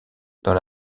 dans